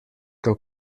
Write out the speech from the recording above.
qu’en